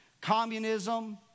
communism